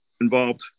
involved